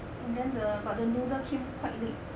and then the but the noodle came quite late